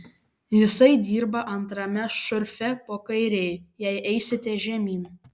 jisai dirba antrame šurfe po kairei jei eisite žemyn